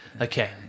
Okay